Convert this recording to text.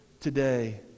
today